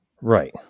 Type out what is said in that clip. Right